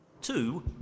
two